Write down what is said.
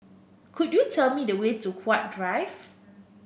could you tell me the way to Huat Drive